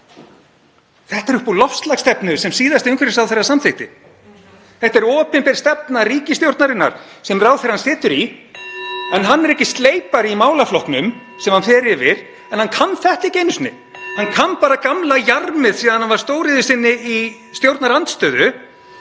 klausa er upp úr loftslagsstefnu sem síðasti umhverfisráðherra samþykkti. Þetta er opinber stefna ríkisstjórnarinnar sem ráðherrann situr í, en hann er ekki sleipari en svo í málaflokknum sem hann fer fyrir að hann kann þetta ekki einu sinni. Hann kann bara gamla jarmið síðan hann var stóriðjusinni í stjórnarandstöðu